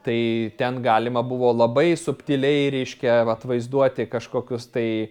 tai ten galima buvo labai subtiliai reiškia atvaizduoti kažkokius tai